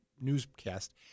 newscast